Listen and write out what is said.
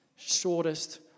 shortest